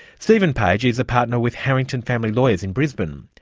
stephen page is a partner with harrington family lawyers in brisbane.